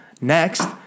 Next